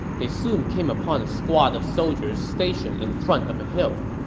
they soon came upon a squad of soldiers stationed in front of a hill.